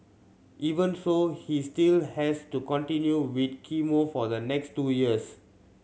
even so he still has to continue with chemo for the next two years